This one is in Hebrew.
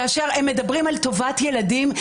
כאשר הם מדברים על טובת ילדים,